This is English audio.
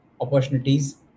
opportunities